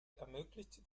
ermöglichte